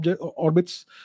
orbits